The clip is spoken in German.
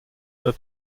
der